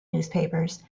newspapers